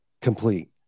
complete